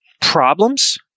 problems